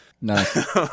Nice